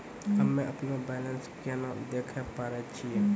हम्मे अपनो बैलेंस केना देखे पारे छियै?